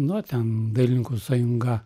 nu ten dailininkų sąjunga